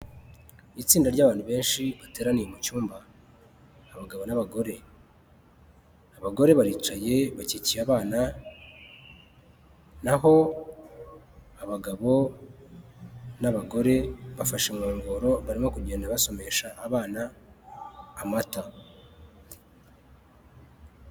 Itsinda ry'abantu benshi bateraniye mu cyumba, abagabo n'abagore abagore baricaye bashyikiye abana, naho abagabo n'abagore bafashe inkongoro barimo kugenda basomesha abana amata.